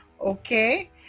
Okay